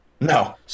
No